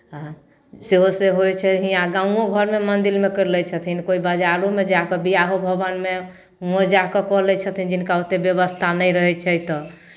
आ सेहोसँ होइ छै हीआँ गाँवो घरमे मन्दिरमे करि लै छथिन कोइ बाजारोमे जा कऽ बियाहो भवनमे हुँओ जा कऽ कऽ लै छथिन जिनका ओतेक व्यवस्था नहि रहै छै तऽ